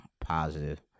positive